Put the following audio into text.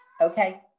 okay